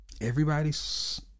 everybody's